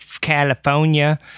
California